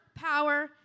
power